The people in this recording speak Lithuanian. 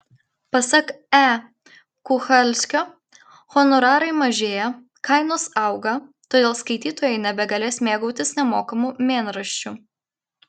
pasak e kuchalskio honorarai mažėja kainos auga todėl skaitytojai nebegalės mėgautis nemokamu mėnraščiu